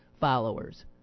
followers